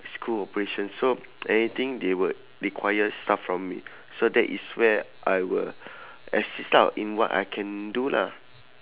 school operations so anything they would require stuff from me so that is where I will assist ah in what I can do lah